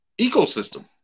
ecosystem